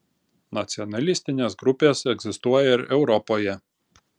nacionalistines grupes egzistuoja ir europoje